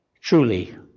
truly